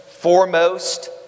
Foremost